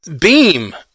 Beam